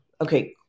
Okay